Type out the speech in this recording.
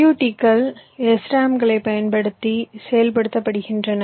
LUT கள் SRAM களைப் பயன்படுத்தி செயல்படுத்தப்படுகின்றன